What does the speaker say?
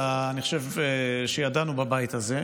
אלא אני חושב שידענו בבית הזה,